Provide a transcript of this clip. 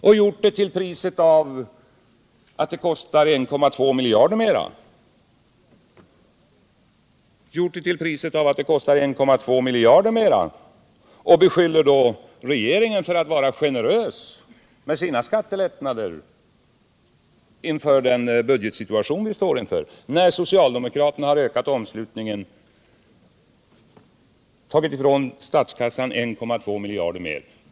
De har gjort det till priset av att det kostar 1,2 miljarder mera och beskyller då regeringen för att vara generös med sina skattelättnader i den budgetsituation vi står inför — när socialdemokraterna har tagit ifrån statskassan 1,2 miljarder mera.